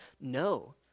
No